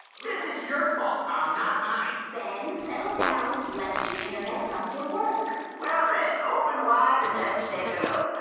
this is your fault tom, not mine! ben, settle down. let the internet doctor work. well then, open wide and let's take a look.